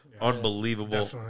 Unbelievable